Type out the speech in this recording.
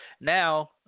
now